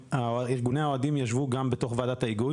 ארגוני האוהדים ישבו גם בתוך ועדת ההיגוי,